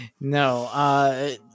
No